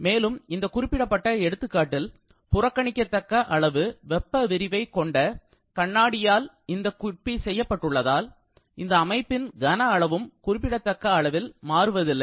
மேலும் இந்த குறிப்பிடப்பட்ட எடுத்துக்காட்டில் புறக்கணிக்கதக்க அளவு வெப்ப விரிவை கொண்ட கண்ணாடியால் இந்த குப்பி செய்யப்பட்டுள்ளதால் இந்த அமைப்பின் கன அளவும் குறிப்பிடத்தக்க அளவில் மாறுவதில்லை